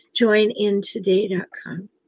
joinintoday.com